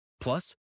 Plus